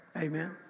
Amen